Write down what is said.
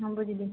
ହଁ ବୁଝିଲି